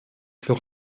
für